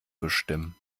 bestimmen